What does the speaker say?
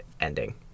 ending